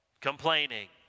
complaining